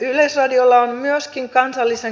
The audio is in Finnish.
yleisradiolla on myöskin kansallisen